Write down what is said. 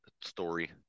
story